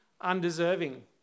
undeserving